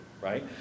right